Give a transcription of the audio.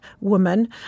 woman